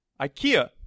ikea